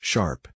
Sharp